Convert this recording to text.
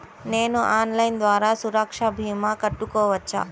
నేను ఆన్లైన్ ద్వారా సురక్ష భీమా కట్టుకోవచ్చా?